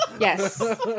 Yes